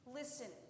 listen